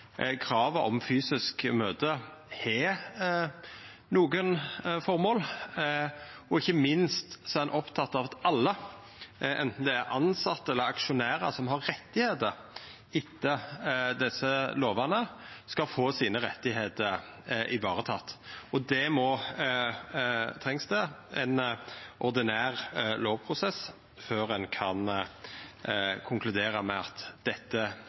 Kravet om fysiske møte har nokre føremål, og ikkje minst er ein oppteken av at alle, anten det er tilsette eller aksjonærar som har rettar etter desse lovane, skal få rettane sine varetekne. Det trengst ein ordinær lovprosess før ein kan konkludera med at ein ønskjer dette.